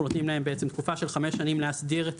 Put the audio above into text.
נותנים להם בעצם תקופה של חמש שנים להסדיר את